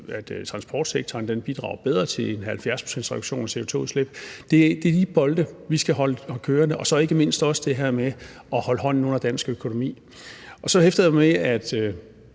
at transportsektoren bidrager bedre til en 70-procentsreduktion af CO2-udslippet. Det er de bolde, vi skal holde kørende, og så er der ikke mindst det her med at holde hånden under dansk økonomi. Så hæftede jeg mig ved, at